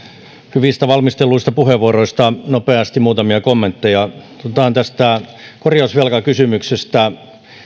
hyvistä valmistelluista puheenvuoroista nopeasti muutamia kommentteja aloitetaan tästä korjausvelkakysymyksestä